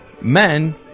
men